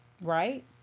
right